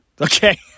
Okay